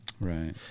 Right